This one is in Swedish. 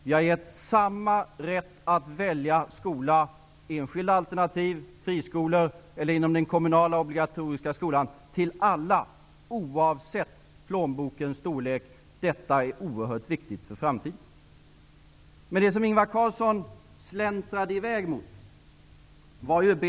Vi har gett samma rätt att välja skola -- enskilda alternativ, friskolor eller inom den obligatoriska kommunala skolan -- till alla, oavsett plånbokens storlek. Detta är oerhört viktigt för framtiden.